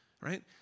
right